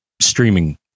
streaming